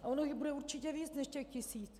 Ono jich bude určitě víc než těch tisíc.